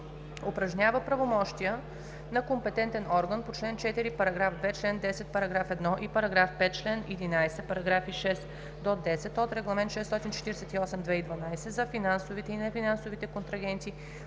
упражнява правомощия на компетентен орган по чл. 4, параграф 2, чл. 10, параграф 1 и параграф 5, чл. 11, параграфи 6 – 10 от Регламент 648/2012 за финансовите и нефинансовите контрагенти